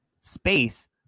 space